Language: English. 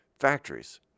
factories